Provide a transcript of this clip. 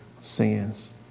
sins